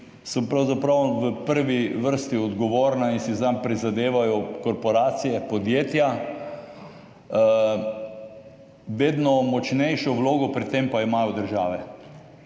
pravzaprav v prvi vrsti odgovorne in si zanj prizadevajo korporacije, podjetja, vedno močnejšo vlogo pri tem pa imajo države.